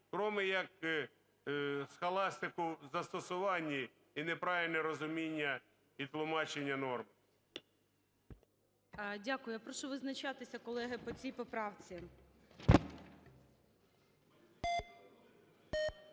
кроме як схоластику в застосуванні і неправильне розуміння і тлумачення норм. ГОЛОВУЮЧИЙ. Дякую. Я прошу визначатися, колеги, по цій поправці.